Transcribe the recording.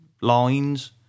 lines